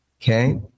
Okay